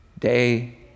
day